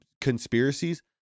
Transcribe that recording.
conspiracies